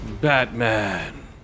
Batman